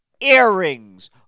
earrings